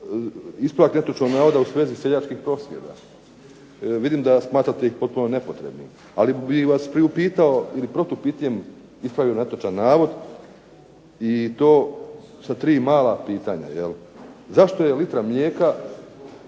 ispravak netočnog navoda u svezi seljačkih prosvjeda. Vidim da smatrate ih potpuno nepotrebnim, ali bi vas priupitao ili protupitanjem ispravio netočan navod i to sa 3 mala pitanja. Zašto je litra mlijeka